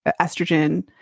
estrogen